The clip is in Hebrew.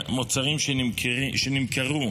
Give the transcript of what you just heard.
המצב הנוכחי שבו אנחנו נמצאים מאז 7 באוקטובר,